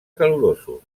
calorosos